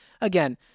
Again